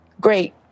great